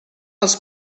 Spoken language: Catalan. els